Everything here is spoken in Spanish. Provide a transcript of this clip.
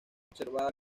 observada